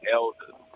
elders